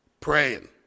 praying